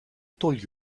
told